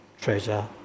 treasure